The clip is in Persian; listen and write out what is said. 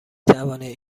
توانید